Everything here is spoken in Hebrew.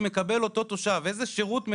אני רוצה להציע פה עוד כמה צעדים קריטיים שיכולים